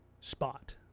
spot